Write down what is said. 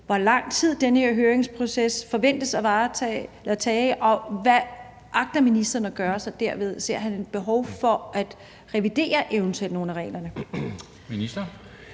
hvor lang tid den her høringsproces forventes at tage, og hvad ministeren agter at gøre? Ser han et behov for eventuelt at revidere nogle af reglerne?